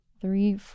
three